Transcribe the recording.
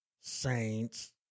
Saints